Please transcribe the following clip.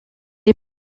est